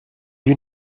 you